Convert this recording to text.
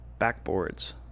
backboards